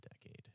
decade